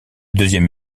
deuxième